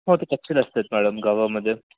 हो ते कच्चे रस्ते आहेत मॅडम गावामध्ये